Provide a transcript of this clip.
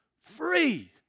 Free